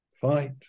fight